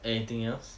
anything else